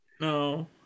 No